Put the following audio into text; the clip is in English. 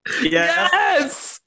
Yes